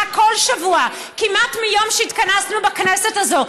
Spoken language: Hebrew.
כל שבוע כמעט מיום שהתכנסנו בכנסת הזאת.